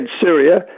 Syria